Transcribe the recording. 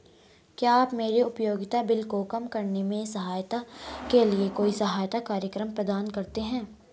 क्या आप मेरे उपयोगिता बिल को कम करने में सहायता के लिए कोई सहायता कार्यक्रम प्रदान करते हैं?